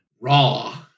raw